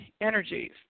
energies